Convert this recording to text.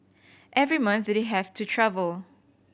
every month they have to travel